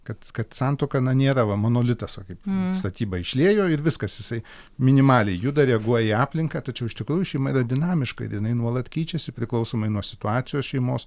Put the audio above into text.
kad kad santuoka na nėra va monolitas va kaip statyba išliejo ir viskas jisai minimaliai juda reaguoja į aplinką tačiau iš tikrųjų šeima yra dinamiška ir jinai nuolat keičiasi priklausomai nuo situacijos šeimos